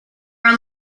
are